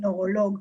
נוירולוג,